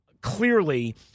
clearly